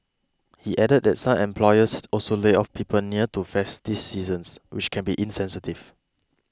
he added that some employers also lay off people near to festive seasons which can be insensitive